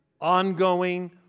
ongoing